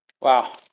Wow